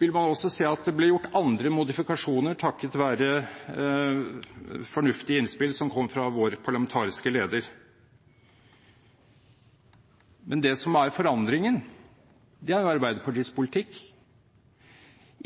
vil man også se at det ble gjort andre modifikasjoner, takket være fornuftige innspill som kom fra vår parlamentariske leder. Men det som er forandringen, er Arbeiderpartiets politikk.